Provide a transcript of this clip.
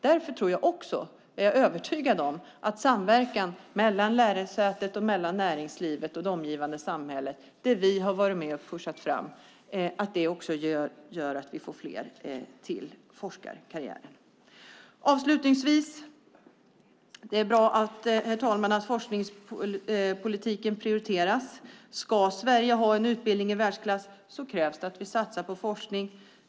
Därför tror jag också och är övertygad om att samverkan mellan lärosätet, näringslivet och det omgivande samhället - det vi har varit med och pushat fram - också gör att vi får fler till forskarkarriären. Avslutningsvis är det bra, herr talman, att forskningspolitiken prioriteras. Ska Sverige ha en utbildning i världsklass krävs det att vi satsar på forskning.